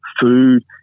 food